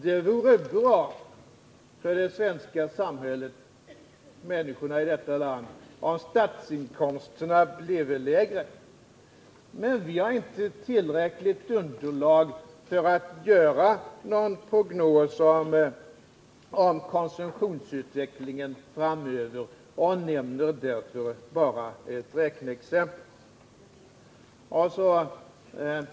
Det vore bra för det svenska samhället och människorna i detta land om statsinkomsterna här bleve lägre, men vi har inte tillräckligt underlag för att göra en prognos för konsumtionsutvecklingen framöver utan anför därför bara ett räkneexempel.